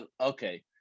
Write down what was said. okay